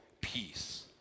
peace